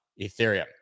Ethereum